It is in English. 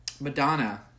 Madonna